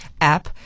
app